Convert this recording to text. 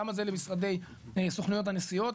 למה זה לסוכנויות הנסיעות,